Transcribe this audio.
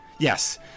Yes